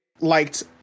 liked